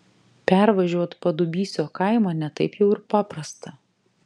pervažiuot padubysio kaimą ne taip jau ir paprasta